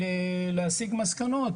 ולהסיק מסקנות.